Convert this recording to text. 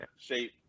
shape